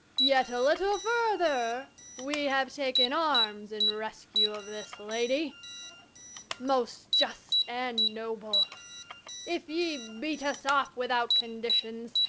yet a little further, we have taken arms in rescue of this lady most just and noble if ye beat us off without conditions,